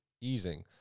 easing